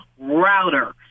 router